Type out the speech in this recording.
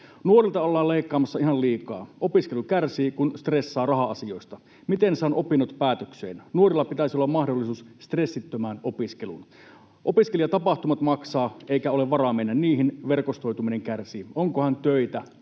”Nuorilta ollaan leikkaamassa ihan liikaa. Opiskelu kärsii, kun stressaa raha-asioista. Miten saan opinnot päätökseen? Nuorilla pitäisi olla mahdollisuus stressittömään opiskeluun. Opiskelijatapahtumat maksavat, eikä ole varaa mennä niihin, verkostoituminen kärsii. Onkohan töitä,